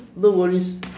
no worries